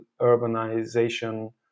urbanization